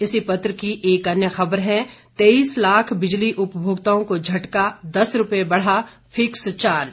इसी पत्र की एक अन्य खबर है तेईस लाख बिजली उपभोक्ताओं को झटका दस रूपये बढ़ा फिक्स चार्ज